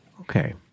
Okay